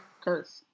curse